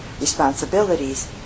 responsibilities